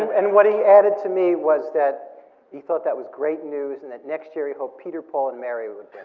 and what he added to me was that he thought that was great news and that next year he hoped peter, paul and mary would